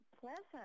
pleasant